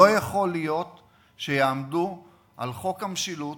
לא יכול להיות שיעמדו על חוק המשילות